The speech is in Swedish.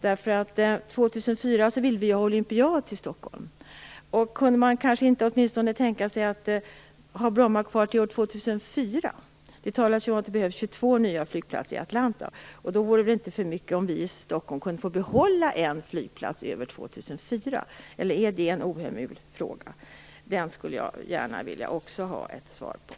År 2004 vill vi ha en olympiad i Stockholm. Skulle man inte kunna tänka sig att ha kvar Bromma flygplats till år 2004? Det talas ju om att det behövs 22 nya flygplatser i Atlanta. Då är det väl inte för mycket begärt att vi i Stockholm kan få behålla en flygplats över år 2004? Eller är det en ohemul fråga? Den frågan skulle jag gärna också vilja ha ett svar på.